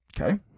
Okay